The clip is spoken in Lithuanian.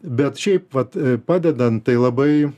bet šiaip vat padedant tai labai